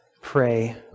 pray